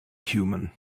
human